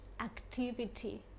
activity